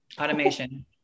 automation